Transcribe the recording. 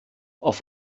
auf